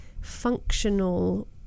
functional